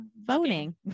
voting